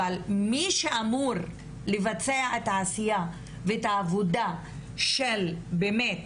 אבל מי שאמור לבצע את העשייה ואת העבודה של באמת